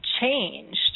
changed